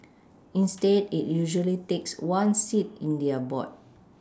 instead it usually takes one seat in their board